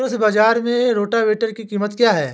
कृषि बाजार में रोटावेटर की कीमत क्या है?